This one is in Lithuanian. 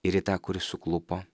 ir į tą kuris suklupo